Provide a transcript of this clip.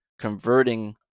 converting